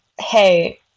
hey